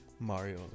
Mario